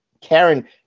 Karen